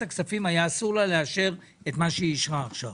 הכספים לאשר את מה שהיא אישרה עכשיו.